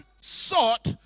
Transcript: sought